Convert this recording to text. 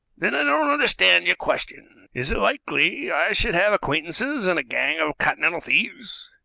then i don't understand your question. is it likely i should have acquaintances in a gang of continental thieves?